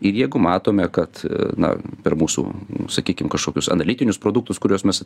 ir jeigu matome kad na per mūsų sakykim kažkokius analitinius produktus kuriuos mes